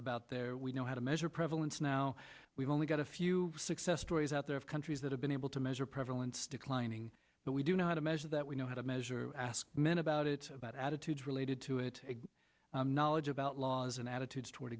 about their we know how to measure prevalence now we've only got a few success stories out there of countries that have been able to measure prevalence declining but we do know how to measure that we know how to measure ask men about it about attitudes related to it knowledge about laws and attitudes toward